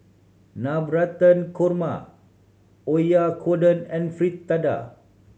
Navratan Korma Oyakodon and Fritada